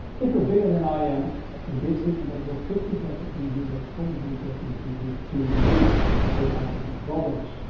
if you're bigger than i am a big sleeping bag will fit you better and you will probably get into the two degrees without any problems.